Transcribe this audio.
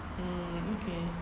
mm okay